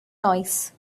noise